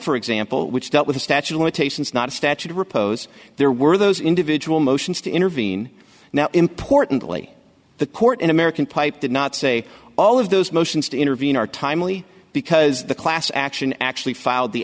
for example which dealt with a statue of limitations not statute of repose there were those individual motions to intervene now importantly the court in american pipe did not say all of those motions to intervene are timely because the class action actually filed the